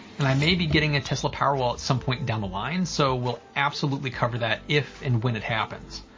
and i may be getting a tesla powerwall at some point down the line, so will absolutely cover that if and when it happens.